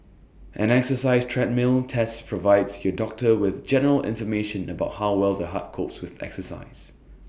an exercise treadmill test provides your doctor with general information about how well the heart copes with exercise